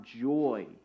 joy